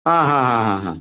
ಹಾಂ ಹಾಂ ಹಾಂ ಹಾಂ ಹಾಂ